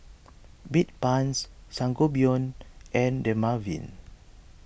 Bedpans Sangobion and Dermaveen